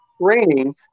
training